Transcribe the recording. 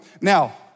now